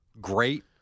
great